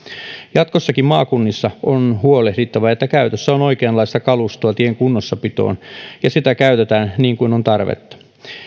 jatkossakin maakunnissa on huolehdittava että käytössä on oikeanlaista kalustoa tien kunnossapitoon ja sitä käytetään niin kuin on tarvetta